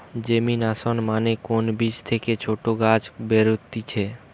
germination মানে কোন বীজ থেকে ছোট গাছ বেরুতিছে